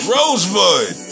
Rosebud